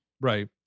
Right